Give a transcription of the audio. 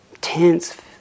tense